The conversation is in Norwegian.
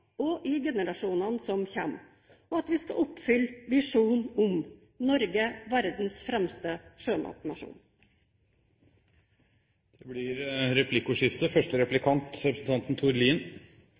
og i generasjonene som kommer, og for at vi skal kunne oppfylle visjonen: Norge, verdens fremste sjømatnasjon. Det blir replikkordskifte.